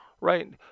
Right